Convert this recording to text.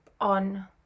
on